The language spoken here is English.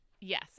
Yes